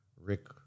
Rick